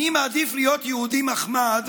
אני מעדיף להיות יהודי מחמד